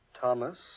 Thomas